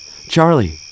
Charlie